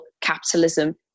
capitalism